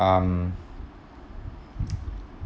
um